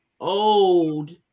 old